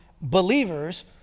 believers